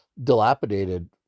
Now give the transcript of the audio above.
dilapidated